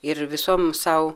ir visom sau